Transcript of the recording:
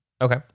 okay